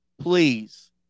please